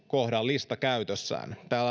kohdan lista käytössä